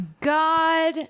god